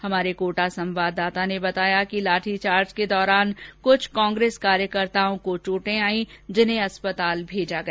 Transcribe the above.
हमारे कोटा संवाददाता ने बताया कि लाठी चार्ज के दौरान कुछ कांग्रेस कार्यकर्ताओं को चोटें आई जिन्हें अस्पताल भेजा गया